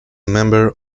member